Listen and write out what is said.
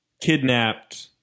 kidnapped